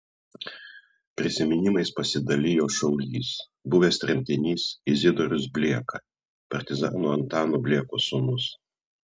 prisiminimais pasidalijo šaulys buvęs tremtinys izidorius blieka partizano antano bliekos sūnus